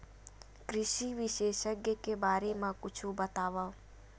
कृषि विशेषज्ञ के बारे मा कुछु बतावव?